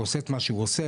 והוא עושה את מה שהוא עושה,